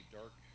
dark